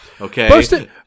okay